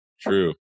True